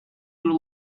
your